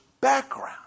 background